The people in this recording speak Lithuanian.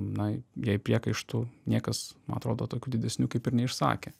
na jai priekaištų niekas man atrodo tokių didesnių kaip ir neišsakė